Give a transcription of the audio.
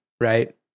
right